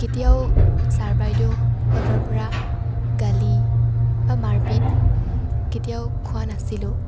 কেতিয়াও ছাৰ বাইদেউহঁতৰ পৰা গালি বা মাৰ পিত কেতিয়াও খোৱা নাছিলোঁ